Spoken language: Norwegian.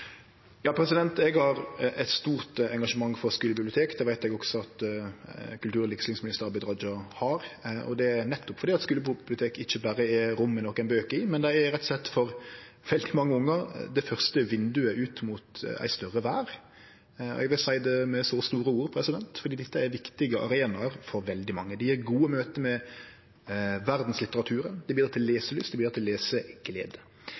Eg har eit stort engasjement for skulebibliotek. Det veit eg også at kultur- og likestillingsminister Abid Q. Raja har. Det er nettopp fordi skulebibliotek ikkje berre er rom med nokre bøker i, men dei er rett og slett for veldig mange ungar det første vindauget ut mot ei større verd. Eg vil seie det med så store ord, for dette er ein viktig arena for veldig mange. Det gjev gode møte med verdslitteraturen, det bidreg til leselyst, det bidreg til